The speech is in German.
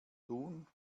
tun